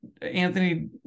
Anthony